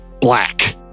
black